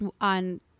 on